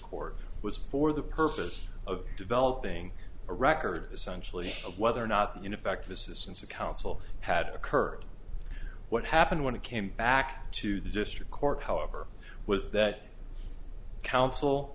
court was for the purpose of developing a record essentially of whether or not you know fact this is since the council had occurred what happened when it came back to the district court however was that counsel